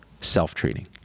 self-treating